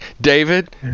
david